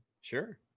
sure